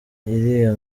iriya